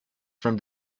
from